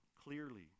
clearly